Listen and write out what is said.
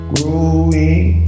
Growing